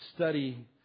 study